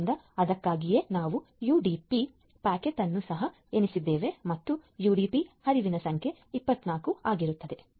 ಆದ್ದರಿಂದ ಅದಕ್ಕಾಗಿಯೇ ನಾವು ಯುಡಿಪಿ ಪ್ಯಾಕೆಟ್ ಅನ್ನು ಸಹ ಎಣಿಸಿದ್ದೇವೆ ಮತ್ತು ಯುಡಿಪಿ ಹರಿವಿನ ಸಂಖ್ಯೆ 24 ಆಗಿದೆ